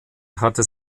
hatte